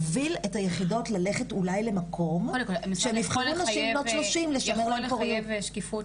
ויכול להיות שזו מטרה ראויה להשקיע